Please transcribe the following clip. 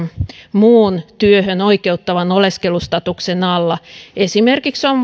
muun työhön oikeuttavan oleskelustatuksen alla esimerkiksi on